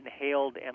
inhaled